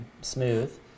smooth